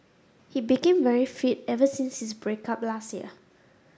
he became very fit ever since his break up last year